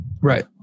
Right